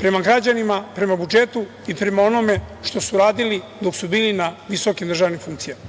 prema građanima, prema budžetu i prema onome što su radili dok su bili na visokim državnim funkcijama.